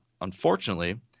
Unfortunately